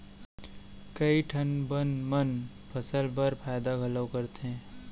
कई ठन बन मन फसल बर फायदा घलौ करथे